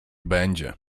będzie